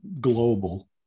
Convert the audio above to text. global